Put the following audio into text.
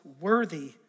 worthy